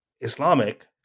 Islamic